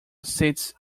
sits